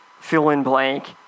fill-in-blank